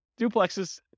duplexes